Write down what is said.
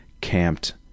camped